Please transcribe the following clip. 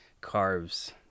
carves